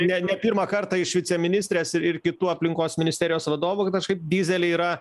ne ne pirmą kartą iš viceministrės ir kitų aplinkos ministerijos vadovų kad kažkaip dyzeliai yra